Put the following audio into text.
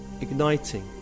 igniting